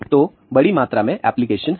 तो बड़ी मात्रा में एप्लीकेशन हैं